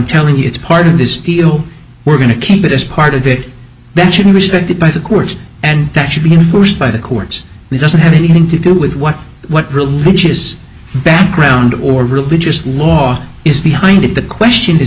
telling you it's part of this deal we're going to keep it as part of it that should be respected by the courts and that should be enforced by the courts it doesn't have anything to do with what what religious background or religious law is behind it the question is